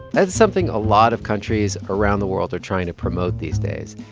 that's something a lot of countries around the world are trying to promote these days.